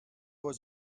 was